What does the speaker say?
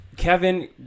Kevin